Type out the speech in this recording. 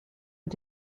mit